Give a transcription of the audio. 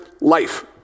life